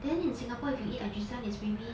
then in singapore if you eat ajisen is maybe